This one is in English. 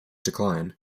decline